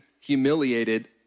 humiliated